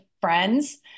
friends